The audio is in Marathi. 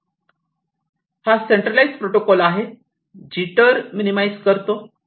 हा सेंट्रलीझ प्रोटोकॉल आहे जिटर मिनिमाईज करतो